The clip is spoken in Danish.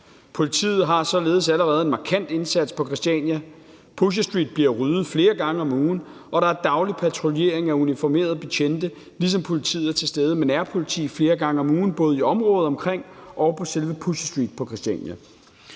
Politiet har således allerede en markant indsats på Christiania: Pusher Street bliver ryddet flere gange om ugen, og der er daglig patruljering af uniformerede betjente, ligesom politiet er til stede med nærpoliti flere gange om ugen både i området omkring og på selve Pusher Street på Christiania.